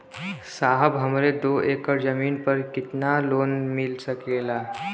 साहब हमरे दो एकड़ जमीन पर कितनालोन मिल सकेला?